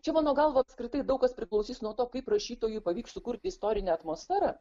čia mano galva apskritai daug kas priklausys nuo to kaip rašytojui pavyks sukurti istorinę atmosferą